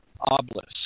obelisk